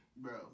Bro